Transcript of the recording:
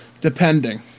Depending